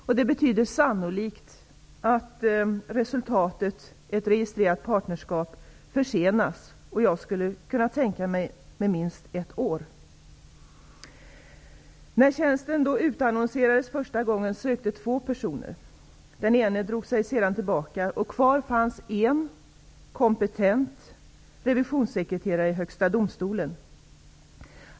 Sannolikt betyder det även att resultatet, ett registrerat partnerskap, försenats minst ett år, skulle jag kunna tänka mig. När tjänsten utannonserades första gången sökte två personer. Den ene personen drog sig senare tillbaka, och kvar fanns det en kompetent revisionssekreterare i Högsta domstolen.